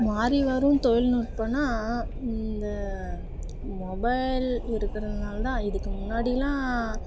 மாறி வரும் தொழில்நுட்பன்னா இந்த மொபைல் இருக்கறதுனால தான் இதுக்கு முன்னாடிலாம்